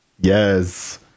yes